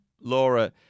Laura